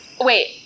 Wait